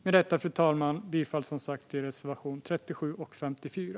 Med detta yrkar jag alltså bifall till reservationerna 37 och 54.